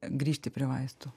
grįžti prie vaistų